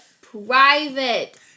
private